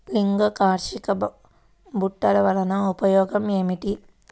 లింగాకర్షక బుట్టలు వలన ఉపయోగం ఏమిటి?